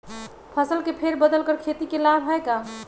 फसल के फेर बदल कर खेती के लाभ है का?